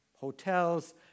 hotels